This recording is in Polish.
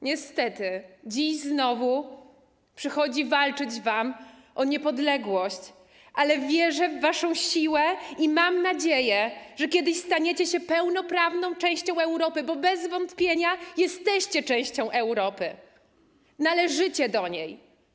Niestety, dziś znowu przychodzi walczyć wam o niepodległość, ale wierzę w waszą siłę i mam nadzieję, że kiedyś staniecie się pełnoprawną częścią Europy, bo bez wątpienia jesteście częścią Europy, należycie do niej.